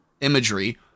imagery